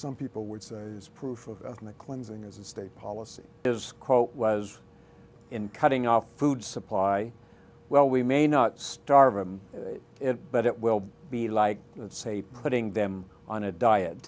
some people would say is proof of the cleansing as a state policy is quote was in cutting off food supply well we may not starve of it but it will be like let's say putting them on a diet